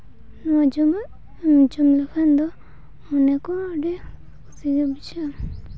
ᱱᱚᱣᱟ ᱡᱚᱢᱟᱜ ᱮᱢ ᱡᱚᱢ ᱞᱮᱠᱷᱟᱱ ᱫᱚ ᱢᱚᱱᱮ ᱠᱚ ᱟᱹᱰᱤ ᱠᱩᱥᱤᱜᱮ ᱵᱩᱡᱷᱟᱹᱜᱼᱟ